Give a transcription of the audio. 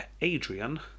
Adrian